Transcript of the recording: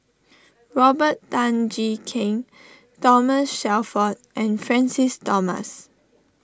Robert Tan Jee Keng Thomas Shelford and Francis Thomas